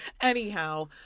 Anyhow